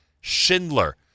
Schindler